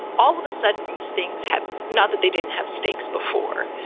all of a sudden these things have not that they didn't have stakes before,